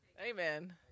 Amen